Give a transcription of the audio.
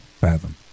fathom